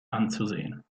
anzusehen